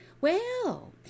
Well